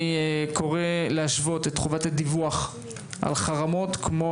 אני קורא להשוות את חובת הדיווח על חרמות כמו